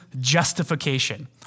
justification